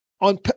On